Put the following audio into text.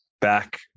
back